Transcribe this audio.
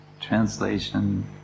Translation